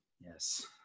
Yes